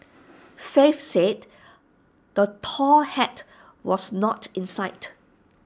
faith said the tall hat was not in sight